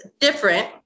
different